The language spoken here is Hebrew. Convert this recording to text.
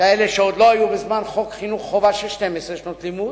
לכאלה שעדיין לא היו בזמן חוק חינוך חובה של 12 שנות לימוד,